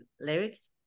lyrics